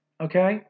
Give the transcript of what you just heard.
okay